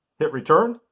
hit return